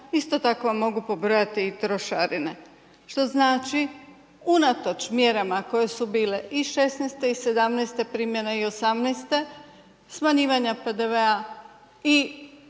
isto tako vam mogu pobrojati trošarine. Što znači unatoč mjerama koje su bile i 2016. i 2017. primjene i 2018., smanjivanja PDV-a i